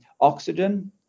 oxygen